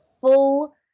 full